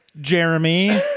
Jeremy